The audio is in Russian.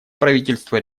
правительства